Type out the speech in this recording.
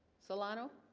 solano